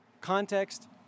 Context